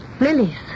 Lilies